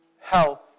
health